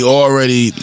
already